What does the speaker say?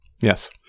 Yes